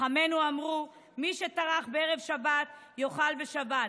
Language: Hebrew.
חכמינו אמרו: מי שטרח בערב שבת, יאכל בשבת.